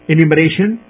Enumeration